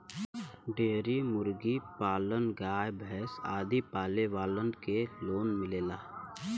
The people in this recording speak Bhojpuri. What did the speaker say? डेयरी मुर्गी पालन गाय भैस आदि पाले वालन के लोन मिलेला